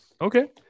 Okay